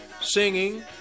singing